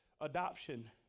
Adoption